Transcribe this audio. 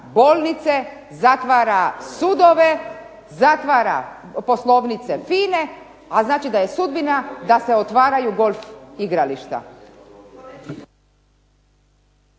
bolnice, zatvara sudove, zatvara poslovnice FINA-e, a znači da je sudbina da se otvaraju golf igrališta.